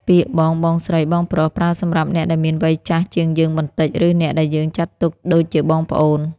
ពាក្យ បង បងស្រី បងប្រុស ប្រើសម្រាប់អ្នកដែលមានវ័យចាស់ជាងយើងបន្តិច ឬអ្នកដែលយើងចាត់ទុកដូចជាបងប្អូន។